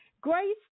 Grace